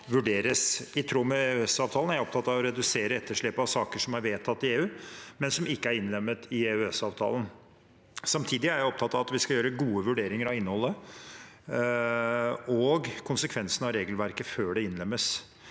I tråd med EØS-avtalen er jeg opptatt av å redusere etterslepet av saker som er vedtatt i EU, men som ikke er innlemmet i EØS-avtalen. Samtidig er jeg opptatt av at vi skal gjøre gode vurderinger av innholdet og konsekvensene av regelverket før det innlemmes.